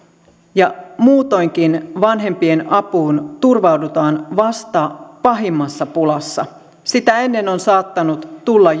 ja muutoinkin vanhempien apuun turvaudutaan vasta pahimmassa pulassa sitä ennen on saattanut tulla